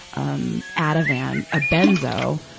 um, ativan, a benzo,